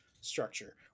structure